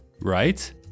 right